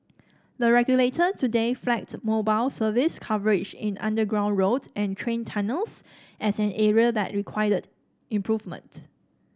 the regulator today flagged mobile service coverage in underground road and train tunnels as an area that required improvement